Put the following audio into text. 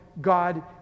God